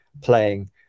playing